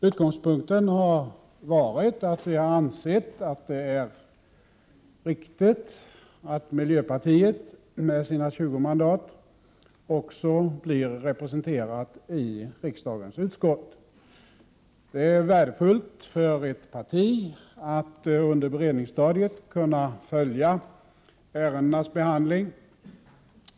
Utgångspunkten har varit att vi har ansett att det är riktigt att miljöpartiet med sina 20 mandat också blir representerat i riksdagens utskott. Det är värdefullt för ett parti att under beredningsstadiet kunna följa ärendenas behandling.